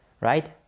Right